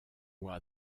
oie